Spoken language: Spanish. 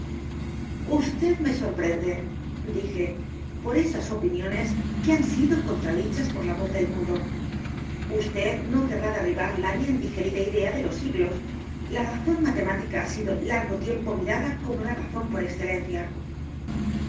vd me sorprende dije por esas opiniones que han sido contradichas por la voz del mundo vd no q u e r r á derribar la bien digerida idea de los siglos la razón matemática ha sido largo tiempo mirada como la razón por excelencia